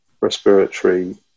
respiratory